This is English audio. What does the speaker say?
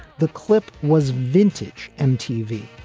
the clip was vintage mtv.